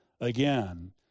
again